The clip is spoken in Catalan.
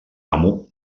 amo